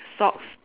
socks